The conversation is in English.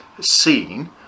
seen